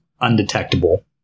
undetectable